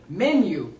menu